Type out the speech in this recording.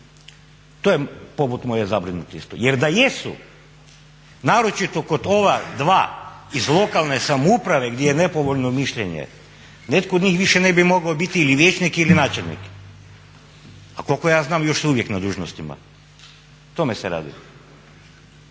To je pobud moje zabrinutosti jer da jesu, naročito kod ova dva iz lokalne samouprave gdje je nepovoljno mišljenje, netko od njih više ne bi mogao biti ili vijećnik ili načelnik. A koliko ja znam još su uvijek na dužnostima. O tome se radi.